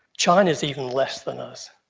china is even less than us.